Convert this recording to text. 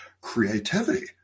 creativity